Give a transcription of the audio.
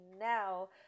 now